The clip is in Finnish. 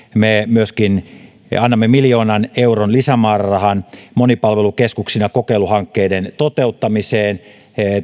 me myöskin annamme miljoonan euron lisämäärärahan monipalvelukeskuksina kokeiluhankkeiden toteuttamiseen